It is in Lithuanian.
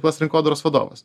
pats rinkodaros vadovas